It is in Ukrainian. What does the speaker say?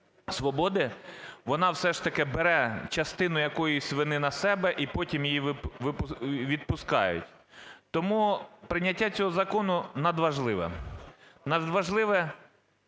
свободи, вона все ж таки бере частину якоїсь вини на себе, і потім її відпускають. Тому прийняття цього закону надважливе, надважливе